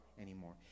anymore